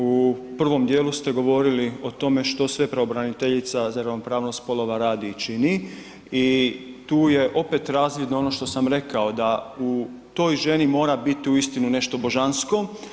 U prvom dijelu ste govorili o tome što sve pravobraniteljica za ravnopravnost spolova radi i čini i tu je opet razvidno ono što sam rekao da u toj ženi mora biti uistinu nešto božansko.